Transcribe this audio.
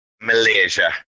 Malaysia